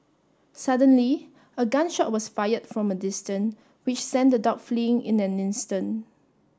suddenly a gun shot was fired from a distance which sent the dog fleeing in an instant